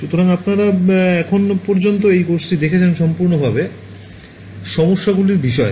সুতরাং আপনারা এখন পর্যন্ত এই কোর্সটি দেখেছেন সম্পূর্ণরূপে সমস্যাগুলির বিষয়ে